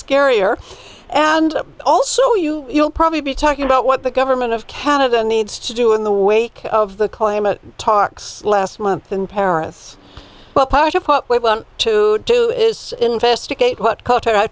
scarier and also you will probably be talking about what the government of canada needs to do in the wake of the climate talks last month in paris well part of what we want to do is investigate what c